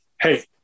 Hey